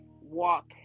walk